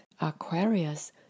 Aquarius